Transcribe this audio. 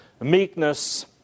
meekness